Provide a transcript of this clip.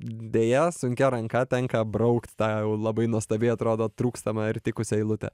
deja sunkia ranka tenka braukt tą jau labai nuostabiai atrodo trūkstamą ir tikusią eilutę